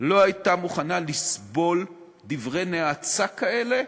לא הייתה מוכנה לסבול דברי נאצה כאלה